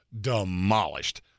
demolished